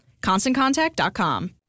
ConstantContact.com